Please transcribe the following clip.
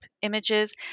images